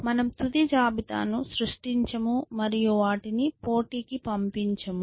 మనము తుది జాబితాను సృష్టించము మరియు వాటిని పోటీకి పంపించము